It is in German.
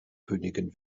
königin